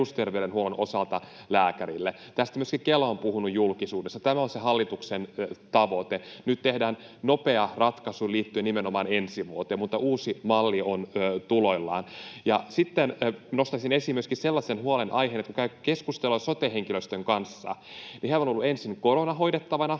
perusterveydenhuollon osalta lääkärille. Tästä myöskin Kela on puhunut julkisuudessa. Tämä on se hallituksen tavoite. Nyt tehdään nopea ratkaisu liittyen nimenomaan ensi vuoteen, mutta uusi malli on tuloillaan. Sitten nostaisin esiin myöskin sellaisen huolenaiheen, että kun käy keskustelua sote-henkilöstön kanssa, niin heillä on ollut ensin korona hoidettavana, se